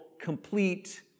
complete